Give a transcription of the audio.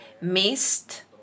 missed